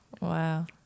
Wow